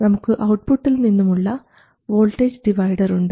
നമുക്ക് ഔട്ട്പുട്ടിൽ നിന്നും ഉള്ള വോൾട്ടേജ് ഡിവൈഡർ ഉണ്ട്